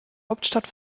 hauptstadt